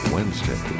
Wednesday